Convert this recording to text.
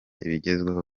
ibigezweho